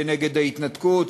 נגד ההתנתקות,